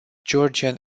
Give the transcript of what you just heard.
georgian